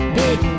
big